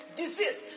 disease